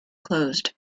closed